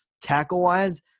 tackle-wise